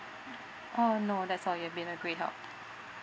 ah no that's all you've been a great help